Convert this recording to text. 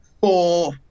four